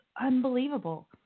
unbelievable